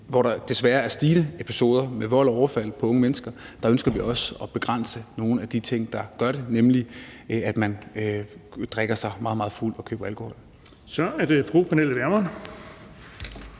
hvor der desværre er et stigende antal episoder med vold og overfald på unge mennesker, ønsker vi også at begrænse nogle af de ting, der gør det, nemlig at man køber alkohol og drikker sig meget,